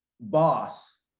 boss